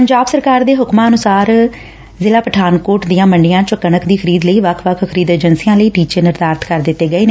ਪੰਜਾਬ ਸਰਕਾਰ ਦੇ ਹੁਕਮਾਂ ਅਨੁਸਾਰ ਜ਼ਿਲ੍ਹੇ ਪਠਾਨਕੋਟ ਦੀਆਂ ਮੰਡੀਆਂ ਵਿਚ ਕਣਕ ਦੀ ਖਰੀਦ ਲਈ ਵੱਖ ਵੱਖ ਖਰੀਦ ਏਜੰਸੀਆਂ ਲਈ ਟੀਚੇ ਨਿਰਧਾਰਤ ਕਰ ਦਿਂਤੇ ਗਏ ਨੇ